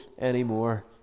anymore